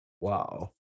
Wow